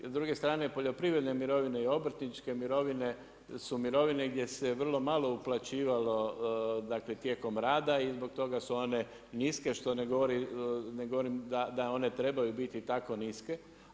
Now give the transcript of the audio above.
S druge strane poljoprivredne mirovine i obrtničke mirovine su mirovine gdje se vrlo malo uplaćivalo, dakle tijekom rada i zbog toga su one niske što ne govorim da one trebaju biti tako niske.